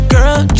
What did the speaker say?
Girl